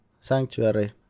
sanctuary